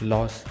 Loss